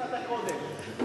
שפת הקודש.